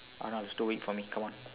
Arnold is too weak for me come on